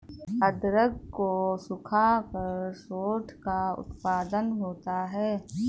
अदरक को सुखाकर सोंठ का उत्पादन होता है